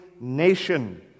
nation